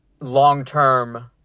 long-term